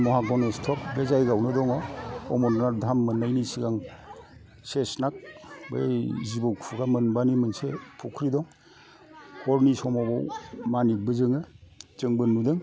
महागनस्थक बे जायगायावनो दङ अमरनाथ धाम मोननायनि सिगां सेस नाग बै जिबौ खुगा मोनबानि मोनसे फख्रि दं हरनि समाव माणिकबो जोङो जोंबो नुदों